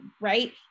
right